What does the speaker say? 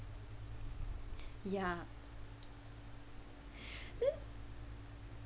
ya then